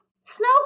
snow